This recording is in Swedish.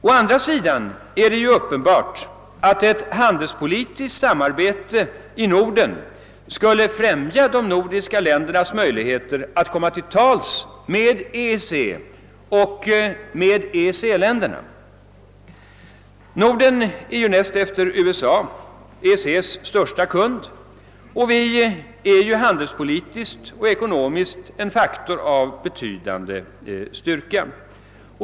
Å andra sidan är det uppenbart att ett handelspolitiskt samarbete i Norden skulle främja de nordiska ländernas möjligheter att komma till tals med EEC och EEC-länderna. Norden är näst efter USA EEC:s största kund, och vi är handelspolitiskt och ekonomiskt en faktor av betydande styrka.